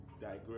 digress